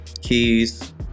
keys